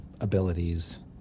abilities